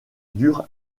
dure